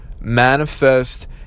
manifest